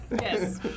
Yes